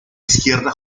izquierda